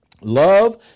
Love